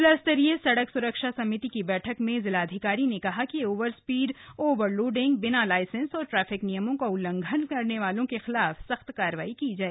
जिलास्तरीय सड़क स्रक्षा समिति की बैठक में जिलाधिकारी ने कहा कि ओवरस्पीड ओवर लोडिंग बिना लाइसेंस और ट्रैफिक नियमों का उल्लंघन करने वालों के खिलाफ सख्त कार्रवाई की जाए